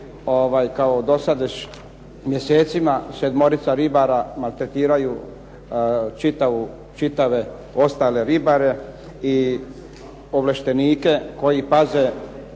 kao do sada mjesecima, sedmorica ribara maltretiraju ostale ribare i povlaštenike koji paze